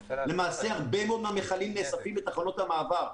למעשה, הרבה מאוד מכלים נאספים בתחנות המעבר.